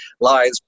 lies